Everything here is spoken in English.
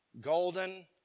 golden